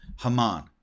Haman